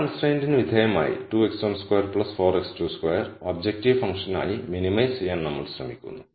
ഈ കണ്സ്ട്രെന്റിന് വിധേയമായി 2 x12 4 x22 ഒബ്ജക്റ്റീവ് ഫംഗ്ഷനായി മിനിമൈസ് ചെയ്യാൻ നമ്മൾ ശ്രമിക്കുന്നു